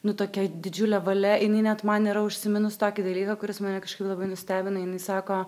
nu tokia didžiule valia jinai net man yra užsiminus tokį dalyką kuris mane kažkaip labai nustebino jinai sako